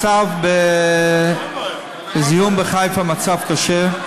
מצב הזיהום בחיפה הוא מצב קשה,